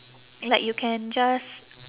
like you can just